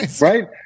Right